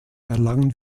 erlangen